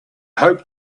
hope